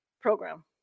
program